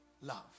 love